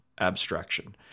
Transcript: abstraction